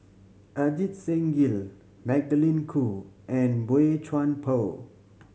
Ajit Singh Gill Magdalene Khoo and Boey Chuan Poh